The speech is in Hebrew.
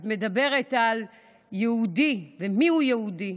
את מדברת על יהודי ומיהו יהודי,